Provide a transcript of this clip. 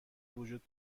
وجود